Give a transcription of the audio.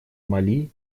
мали